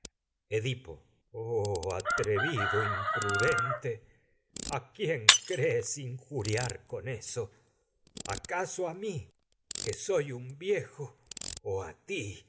edipo oh atrevido impudente a quién crees in a juriar por con eso acaso me yo mi que soy un viejo o a ti